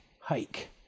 hike